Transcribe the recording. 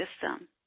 system